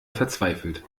verzweifelt